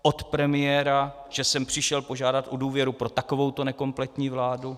Od premiéra, že sem přišel požádat o důvěru pro takovouto nekompletní vládu.